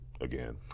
again